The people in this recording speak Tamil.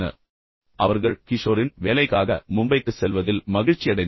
இப்போது அவர்கள் கிஷோரின் வேலைக்காக மும்பைக்குச் செல்வதில் மகிழ்ச்சியடைந்தனர்